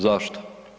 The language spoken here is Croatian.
Zašto?